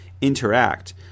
interact